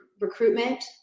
recruitment